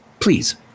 please